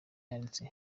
yanditse